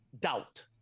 doubt